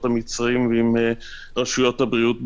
המצריים ועם רשויות הבריאות בסיני.